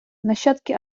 нащадки